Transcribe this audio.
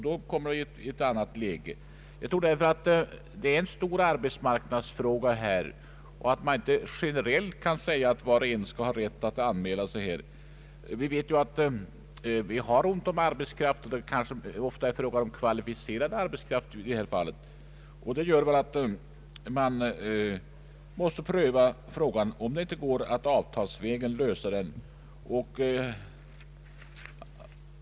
Detta är en stor arbetsmarknadsfråga, och man kan inte generellt säga att var och en skall ha denna rättighet. Vi har ont om arbetskraft, ofta kvalificerad sådan. Det gör att man måste pröva om man inte avtalsvägen kan lösa frågan.